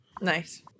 Nice